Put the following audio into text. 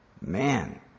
man